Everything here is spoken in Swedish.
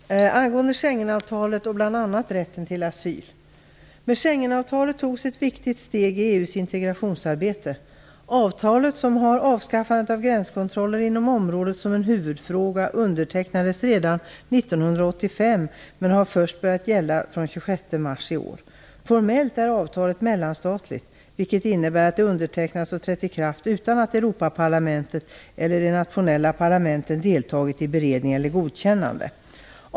Fru talman! Jag vill tala om Schengenavtalet och bl.a. rätten till asyl. Med Schengenavtalet togs ett viktigt steg i EU:s integrationsarbete. Avtalet, som har avskaffandet av gränskontroller inom området som en huvudfråga, undertecknades redan 1985 men började gälla först från den 26 mars i år. Formellt är avtalet mellanstatligt, vilket innebär att det har undertecknats och trätt i kraft utan att Europaparlamentet eller de nationella parlamenten har deltagit i beredning eller godkännande.